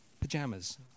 pajamas